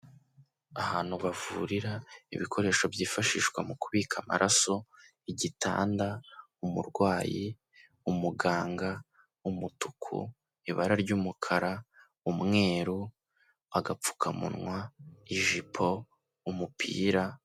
Ahantu bavurira, ibikoresho byifashishwa mu kubika amaraso, igitanda, umurwayi, umuganga, umutuku, ibara ry'umukara, umweru, agapfukamunwa, ijipo, umupira.